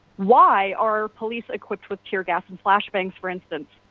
why are police equipped with tear gas and flash bangs for instance.